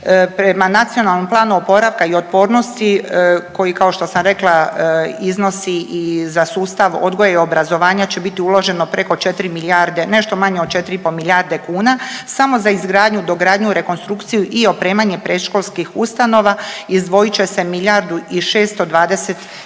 prema Nacionalnom planu oporavka i otpornosti koji kao što sam rekla iznosi i za sustav odgoja i obrazovanja će biti uloženo preko 4 milijarde, nešto manje od 4,5 milijarde kuna, samo za izgradnju, dogradnju, rekonstrukciju i opremanje predškolskih ustanova izdvojit će se milijardu